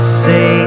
say